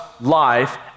life